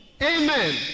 Amen